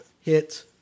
hit